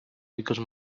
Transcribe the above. because